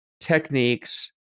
techniques